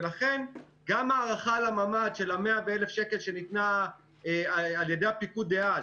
ולכן גם ההערכה לממ"ד של 100,000 שקלים שניתנה על ידי הפיקוד דאז